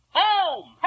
home